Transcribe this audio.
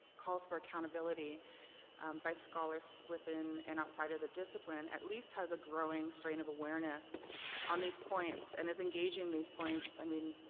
calls for accountability by scholars within and outside of the discipline at least has a growing strain of awareness on these points, and as engage in these points, i mean,